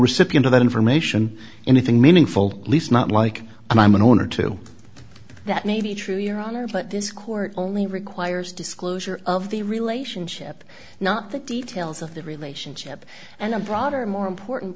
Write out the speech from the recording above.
recipient of their information anything meaningful least not like i'm an owner too that may be true your honor but this court only requires disclosure of the relationship not the details of the relationship and a broader more important